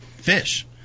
Fish